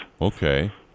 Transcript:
Okay